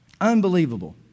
Unbelievable